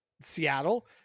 Seattle